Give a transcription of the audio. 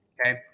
okay